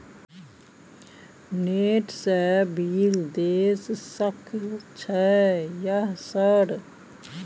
Net से bill देश सक छै यह सर?